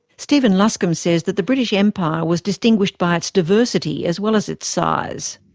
stephen luscombe says that the british empire was distinguished by its diversity as well as its size.